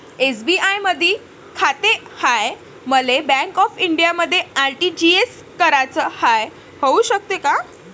SBI मधी खाते हाय, मले बँक ऑफ इंडियामध्ये आर.टी.जी.एस कराच हाय, होऊ शकते का?